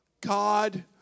God